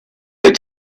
had